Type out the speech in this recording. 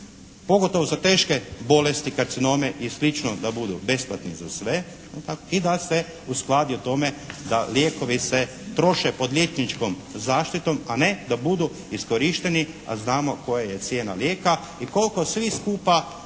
pogotovo za teške bolesti karcinome i sl. da budu besplatni za sve i da se uskladi u tome da lijekovi se troše pod liječničkom zaštitom a ne da budu iskorišteni a znamo koja je cijena lijeka i koliko svi skupa odvajamo